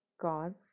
Gods